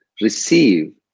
receive